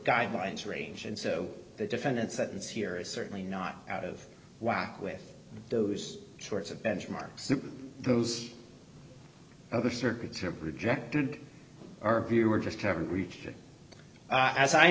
guidelines range and so the defendant sentence here is certainly not out of whack with those sorts of benchmarks those other circuits are projecting our view we're just haven't reached it as i